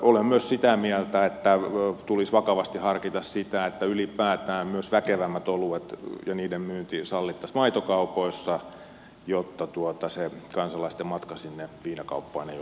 olen myös sitä mieltä että tulisi vakavasti harkita sitä että ylipäätään myös väkevämmät oluet ja niiden myynti sallittaisiin maitokaupoissa jotta se kansalaisten matka sinne viinakauppaan ei olisi niin pitkä